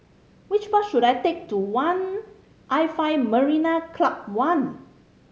which bus should I take to one I five Marina Club One